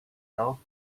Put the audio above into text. self